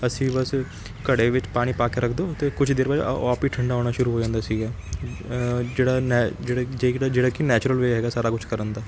ਅਸੀਂ ਬਸ ਘੜੇ ਵਿੱਚ ਪਾਣੀ ਪਾ ਕੇ ਰੱਖ ਦਿਉ ਅਤੇ ਕੁਛ ਦੇਰ ਬਾਅਦ ਉਹ ਆਪ ਹੀ ਠੰਡਾ ਹੋਣਾ ਸ਼ੁਰੂ ਹੋ ਜਾਂਦਾ ਸੀਗਾ ਜਿਹੜਾ ਨੈ ਜਿਹੜਾ ਜਿਹੜਾ ਜਿਹੜਾ ਕਿ ਨੈਚੁਰਲ ਵੇਅ ਹੈਗਾ ਸਾਰਾ ਕੁਛ ਕਰਨ ਦਾ